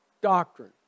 Doctrine